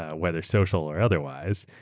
ah whether social or otherwise,